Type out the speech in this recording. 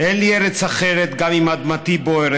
אין לי ארץ אחרת / גם אם אדמתי בוערת